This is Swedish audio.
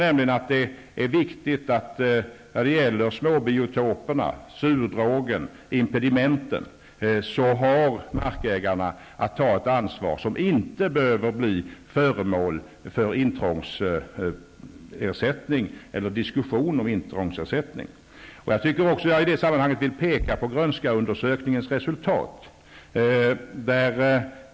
När det gäller småbiotoperna, surdrågen och impedimenten har markägarna att ta ett ansvar som inte behöver bli föremål för diskussion om intrångsersättning. Jag vill i detta sammanhang också peka på GRÖNSKA-utredningens resultat.